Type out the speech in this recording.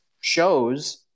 shows